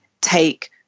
take